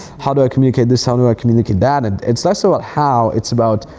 how do i communicate this? how do i communicate that? and it's less about how, it's about,